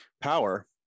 Power